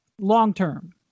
long-term